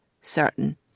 certain